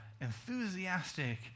enthusiastic